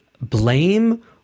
blame